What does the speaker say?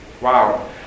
Wow